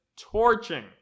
torching